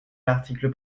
l’article